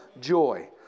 joy